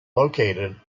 located